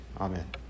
Amen